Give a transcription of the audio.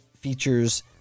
features